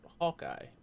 Hawkeye